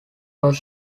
was